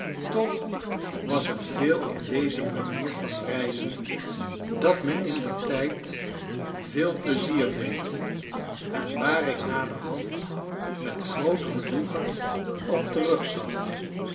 toch was er veel in deze manier van reizen dat me indertijd veel plezier deed en waar ik naderhand met groot genoegen op terugzag